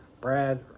Brad